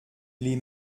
les